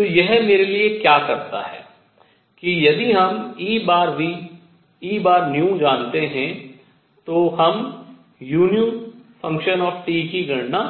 तो यह मेरे लिए क्या करता है कि यदि हम E जानते हैं तो हम u की गणना